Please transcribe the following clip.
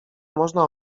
można